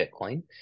Bitcoin